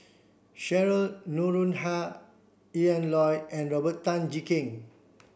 Sheryl Noronha Yan Loy and Robert Tan Jee Keng